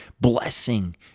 blessing